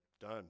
Done